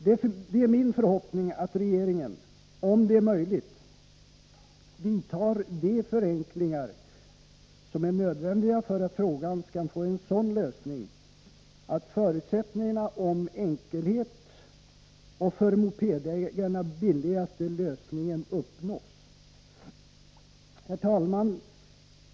Det är min förhoppning att regeringen, om det är möjligt, vidtar de förenklingar som är nödvändiga för att frågan skall få en sådan lösning, att förutsättningarna i fråga om enkelhet och den för mopedägarna billigaste lösningen förverkligas. Herr talman!